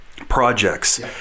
projects